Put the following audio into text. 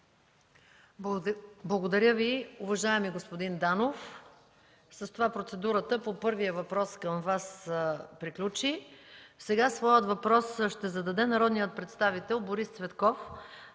Благодаря Ви, уважаеми господин Данов. С това процедурата по първия въпрос към Вас приключи. Сега своя въпрос ще зададе народният представител Борис Цветков